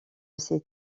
ses